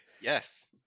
Yes